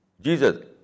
Jesus